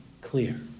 clear